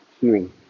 hearing